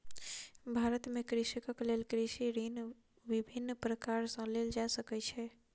भारत में कृषकक लेल कृषि ऋण विभिन्न प्रकार सॅ लेल जा सकै छै